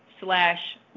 slash